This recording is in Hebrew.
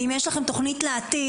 ואם יש לכם תוכנית לעתיד,